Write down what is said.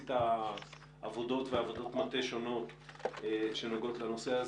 עשית עבודות מטה שונות שנוגעות לנושא.